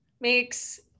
makes